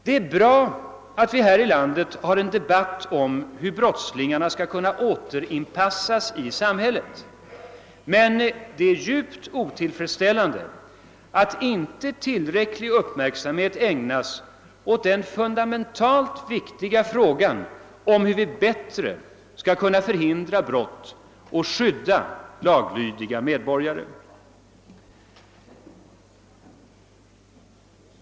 Det är bra att vi här i landet har en debatt om hur brottslingarna skall kunna återinpassas i samhället, men det är djupt otillfredsställande att inte tillräcklig uppmärksamhet ägnas åt den fundamentalt viktiga frågan om hur vi bättre skall kunna förhindra brott och skydda laglydiga medborgare.